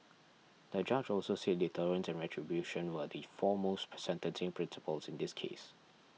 the judge also said deterrence and retribution were the foremost sentencing principles in this case